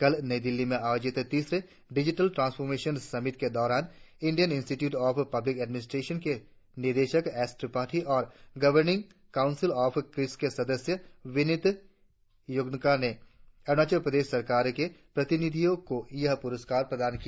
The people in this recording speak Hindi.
कल नई दिल्ली में आयोजित तीसरे डिजिटल ट्रांसफार्मेशन समिट के दौरान Indian institute of public administration के निदेशक एस त्रिपाठी और गवर्निंग काउंसिल ऑफ क्रिस के सदस्य विनित गोयनका ने अरुणाचल प्रदेश सरकार के प्रतिनिधि को ये पुरस्कार प्रदान किया